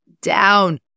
down